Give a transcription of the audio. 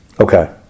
Okay